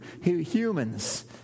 humans